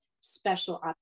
special